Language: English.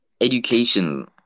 education